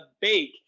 Bake